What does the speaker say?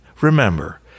remember